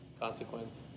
Consequence